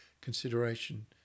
consideration